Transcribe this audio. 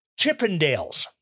Chippendales